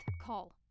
call